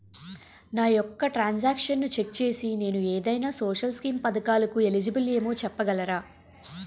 నా యెక్క ట్రాన్స్ ఆక్షన్లను చెక్ చేసి నేను ఏదైనా సోషల్ స్కీం పథకాలు కు ఎలిజిబుల్ ఏమో చెప్పగలరా?